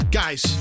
guys